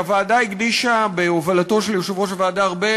הוועדה בהובלתו של יושב-ראש הוועדה הקדישה הרבה